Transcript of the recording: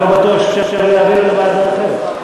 אני לא בטוח שאפשר להעביר לוועדת הכנסת.